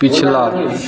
पिछला